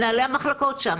מנהלי המחלקות שם.